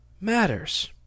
matters